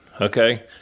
Okay